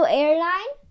airline